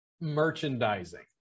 Merchandising